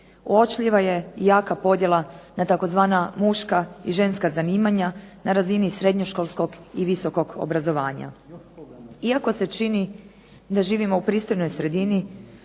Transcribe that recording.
Uočljiva je jaka podjela na tzv. muška i ženska zanimanja na razini srednjoškolskog i visokog obrazovanja. Iako se čini da živimo u pristojnoj sredini